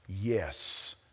yes